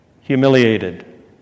humiliated